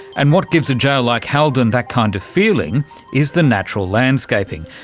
and what gives a jail like halden that kind of feeling is the natural landscaping,